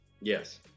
Yes